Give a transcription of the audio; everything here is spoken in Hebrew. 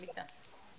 קליטה.